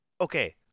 okay